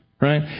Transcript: right